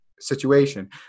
situation